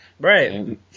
Right